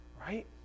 right